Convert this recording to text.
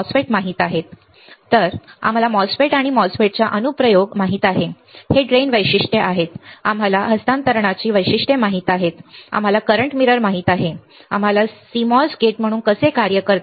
आम्हाला माहित आहे आणि MOSFET आम्हाला MOSFET चा अनुप्रयोग बरोबर माहित आहे हे ड्रेन वैशिष्ट्ये आहेत आम्हाला हस्तांतरणाची वैशिष्ट्ये माहित आहेत आम्हाला करंट मिरर माहित आहे आम्हाला माहित आहे की CMOS नॉट गेट म्हणून कसे कार्य करते